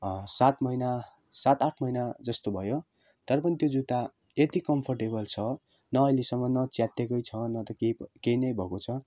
सात महिना सात आठ महिना जस्तो भयो तर पनि त्यो जुत्ता यति कम्फर्टेबल छ न अहिलेसम्म न च्यातिएकै छ न त केही केही नै भएको छ